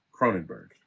Cronenberg